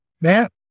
Matt